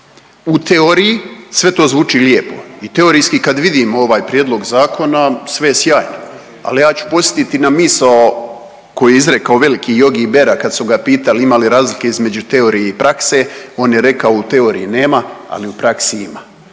U teoriji sve to zvuči lijepo i teorijski kad vidimo ovaj prijedlog zakona sve je sjajno, ali ja ću podsjeti na misao koju je izrekao veliki Yogi Berra kad su pitali imali li razlike između teorije i prakse on je rekao u teoriji nema, ali u praksi ima.